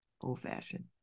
Old-fashioned